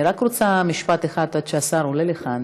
אני רק רוצה משפט אחד עד שהשר עולה לכאן.